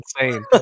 insane